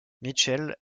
mitchell